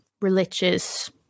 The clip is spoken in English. religious